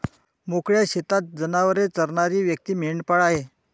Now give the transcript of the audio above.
मोकळ्या शेतात जनावरे चरणारी व्यक्ती मेंढपाळ आहे